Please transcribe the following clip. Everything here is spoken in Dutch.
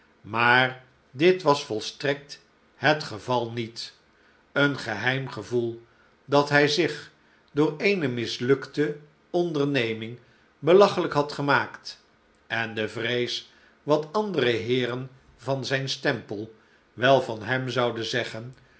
maar dit was volstrekt het geval niet een geheim gevoel dat hij zich door eene mislukte onderneming belachelijk had gemaakt en de vrees wat andere heeren van zijn stempel wel van hem zouden zeggen